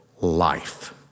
life